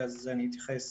ואז אני אתייחס.